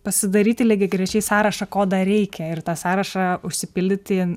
pasidaryti lygiagrečiai sąrašą ko dar reikia ir tą sąrašą užsipildyti